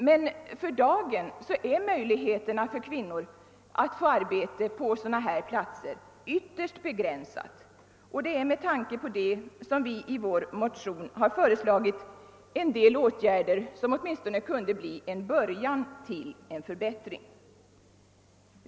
Men för dagen är möjligheterna för kvinnor att få förvärvsarbete på sådana här platser ytterst begränsade, och det är med tanke på detta som vi i vår motion föreslagit en del åtgärder som åtminstone kunde bli en början till en förbättring.